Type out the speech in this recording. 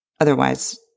otherwise